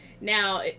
Now